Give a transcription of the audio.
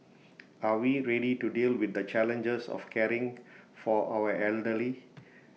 are we ready to deal with the challenges of caring for our elderly